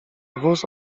wóz